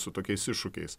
su tokiais iššūkiais